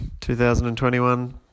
2021